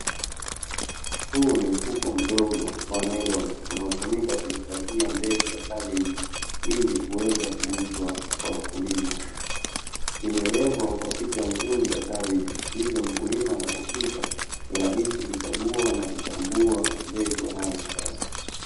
Huu ni mfuko mdogo wa nailoni, unaotumika kuhifadhia mbegu ya kabeji ili kuweza kuuzwa kwa wakulima. Imerembwa kwa picha nzuri ya kabeji, hivyo mkulima anapofika ni rahisi kuchagua na kutambua mbegu anayohitaji.